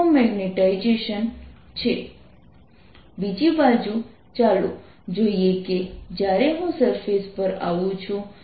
Minside0 બીજી બાજુ ચાલો જોઈએ કે જ્યારે હું સરફેસ પર આવું છું ત્યારે શું થાય છે